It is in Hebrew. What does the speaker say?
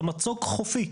זה מצוק חופי.